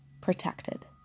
protected